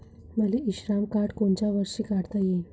मले इ श्रम कार्ड कोनच्या वर्षी काढता येईन?